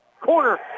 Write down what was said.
Corner